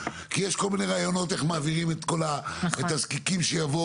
כי יש כל מיני רעיונות על איך מעבירים את הזקיקים שיבואו,